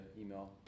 email